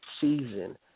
season